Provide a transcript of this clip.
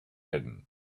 hidden